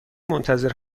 منتظر